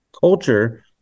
culture